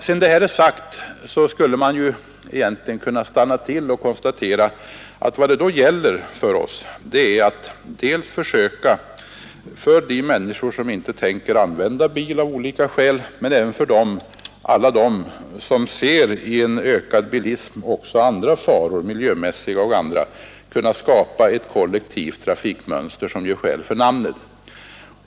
Sedan det här är sagt skulle jag egentligen kunna stanna till och konstatera att vad det då gäller för oss är att för de människor som av olika skäl inte tänker använda bil — men även för alla dem som i en ökad bilism ser miljömässiga och andra faror — försöka skapa ett kollektivt trafikmönster som gör skäl för namnet.